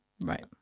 Right